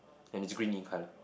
and it's green in colour